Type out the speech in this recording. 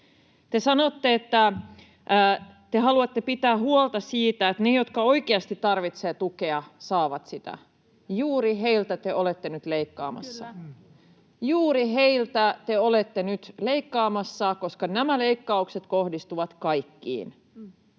Te sanotte, että te haluatte pitää huolta siitä, että ne, jotka oikeasti tarvitsevat tukea, saavat sitä. [Pia Sillanpää: Kyllä!] Juuri heiltä te olette nyt leikkaamassa. Juuri heiltä te olette nyt leikkaamassa, koska nämä leikkaukset kohdistuvat kaikkiin: